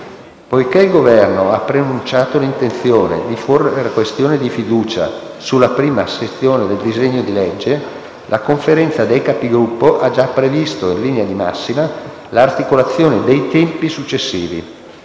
Poiché il Governo ha preannunciato l'intenzione di porre la questione di fiducia sulla prima sezione del disegno di legge, la Conferenza dei Capigruppo ha già previsto in linea di massima l'articolazione dei tempi successivi,